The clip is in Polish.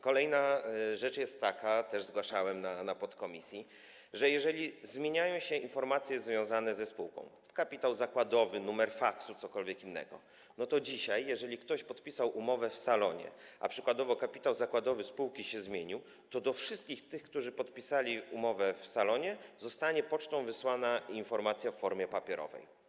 Kolejna rzecz jest taka, też to zgłaszałem w podkomisji, że jeżeli zmieniają się informacje związane ze spółką - chodzi o kapitał zakładowy, numer faksu, cokolwiek innego - to dzisiaj, jeżeli ktoś podpisał umowę w salonie, a przykładowo kapitał zakładowy spółki się zmienił, do wszystkich tych, którzy podpisali umowę w salonie, zostanie wysłana pocztą informacja w formie papierowej.